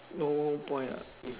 no point lah